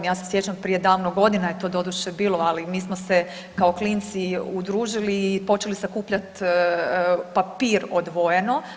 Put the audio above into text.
Ja se sjećam prije, davno godina je to, doduše bilo, ali mi smo kao klinci udružili i počeli sakupljati papir odvojeno.